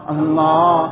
Allah